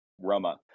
Roma